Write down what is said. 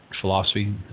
philosophy